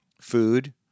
Food